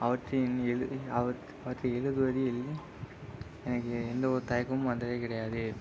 அவற்றின் எழுதி அவற் அவற்றை எழுதுவதில் எனக்கு எந்த ஒரு தயக்கமும் வந்ததே கிடையாது